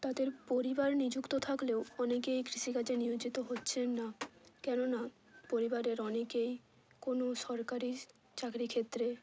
তাদের পরিবার নিযুক্ত থাকলেও অনেকেই কৃষিকাজে নিয়োজিত হচ্ছেন না কেননা পরিবারের অনেকেই কোনো সরকারি স চাকরি ক্ষেত্রে